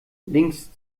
links